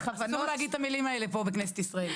אסור להגיד את המילים האלו פה בכנסת ישראל.